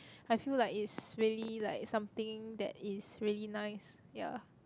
I feel like it's really like something that is really nice ya